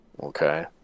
Okay